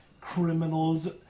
criminals